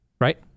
right